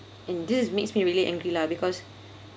and this makes me really angry lah because